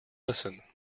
listen